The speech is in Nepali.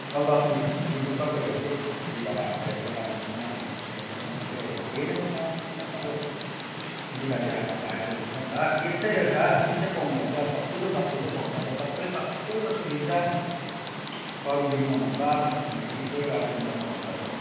मैले त अस्ति युट्युबमा पो हेर्दै थिएँ हौ बिहिबारे हाट खोलेको छ कालिम्पोङमा भनेर सुनेको थिएँ हो त्यही हो कि होइन रहेछ भनेर साह्रो बिहिबारे हाटको भाइरल हुँदैछ नि त के चाहिँ रहेछ के चाहिँ पाउँदो रहेछ कतिको सस्तो चाहिँ पाउँदो रहेछ सबैले सस्तो सस्तो दिन्छ अरू दिनमा भन्दा भनेर सुनेको थिएँ कि त्यही भएर तिमीलाई फोन गरेको हौ